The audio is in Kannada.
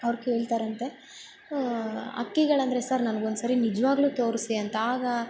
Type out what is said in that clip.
ಅವ್ರು ಕೇಳ್ತಾರಂತೆ ಹಕ್ಕಿಗಳಂದ್ರೆ ಸರ್ ನಮ್ಗೆ ಒಂದುಸರಿ ನಿಜವಾಗ್ಲೂ ತೋರಿಸಿ ಅಂತ ಆಗ